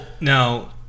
now